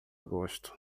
agosto